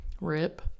Rip